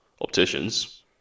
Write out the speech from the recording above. Opticians